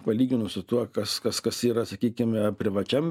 palyginus su tuo kas kas kas yra sakykime privačiam